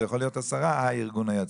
זה יכול להיות עשרה הארגון היציג.